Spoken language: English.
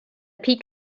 peak